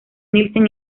nielsen